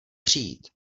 přijít